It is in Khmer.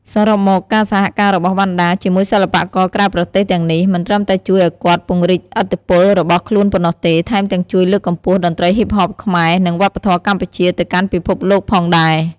សរុបមក ការសហការរបស់ វណ្ណដា ជាមួយសិល្បករក្រៅប្រទេសទាំងនេះ មិនត្រឹមតែជួយឱ្យគាត់ពង្រីកឥទ្ធិពលរបស់ខ្លួនប៉ុណ្ណោះទេ ថែមទាំងជួយលើកកម្ពស់តន្ត្រី Hip-Hop ខ្មែរ និងវប្បធម៌កម្ពុជាទៅកាន់ពិភពលោកផងដែរ។